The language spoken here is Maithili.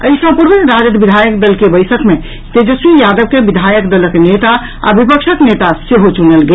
एहि सँ पूर्व राजद विधायक दल के बैसक मे तेजस्वी यादव के विधायक दलक नेता आ विपक्षक नेता सेहो चुनल गेल